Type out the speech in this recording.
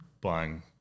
buying